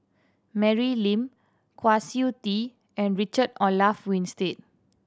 Mary Lim Kwa Siew Tee and Richard Olaf Winstedt